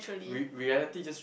re~ reality just